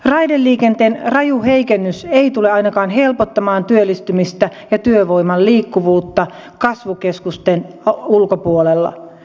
raideliikenteen raju heikennys ei tule ainakaan helpottamaan työllistymistä ja työvoiman liikkuvuutta kasvukeskusten ulkopuolella